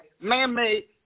Man-made